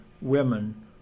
women